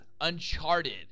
Uncharted